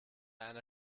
einer